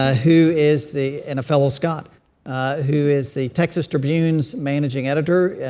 ah who is the and a fellow scot who is the texas tribune's managing editor.